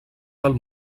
del